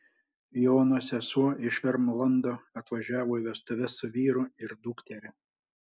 jono sesuo iš vermlando atvažiavo į vestuves su vyru ir dukteria